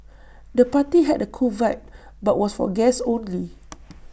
the party had A cool vibe but was for guests only